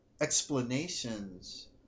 explanations